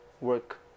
work